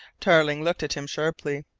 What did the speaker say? tarling looked at him sharply.